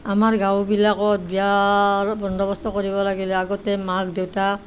আমাৰ গাঁওবিলাকত বিয়াৰ বন্দৱস্ত কৰিব লাগিলে আগতে মাক দেউতাক